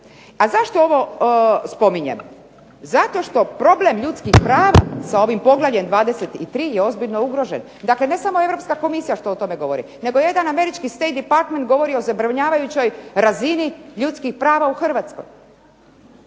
A zašto ja ovo spominjem? Zato što problem ljudskih prava sa ovim poglavljem 23. je ozbiljno ugrožen. Dakle, ne samo Europska komisija koja o tome govori, nego jedan američki State Department govori o zabrinjavajućoj razini ljudskih prava u Hrvatskoj.